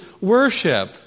worship